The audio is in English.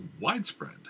widespread